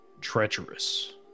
Treacherous